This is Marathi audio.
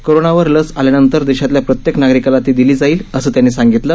कोरोनावर लस आल्यानंतर देशातल्या प्रत्येक नागरिकाला ती दिली जाईल असं त्यांनी सांगितलं